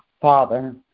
Father